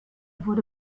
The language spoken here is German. wurde